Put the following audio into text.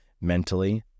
mentally